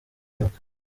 imyuka